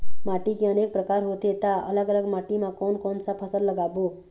माटी के अनेक प्रकार होथे ता अलग अलग माटी मा कोन कौन सा फसल लगाबो?